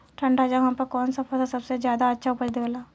ठंढा जगह पर कौन सा फसल सबसे ज्यादा अच्छा उपज देवेला?